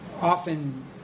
often